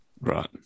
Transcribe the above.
Right